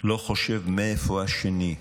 לא חושב מאיפה השני.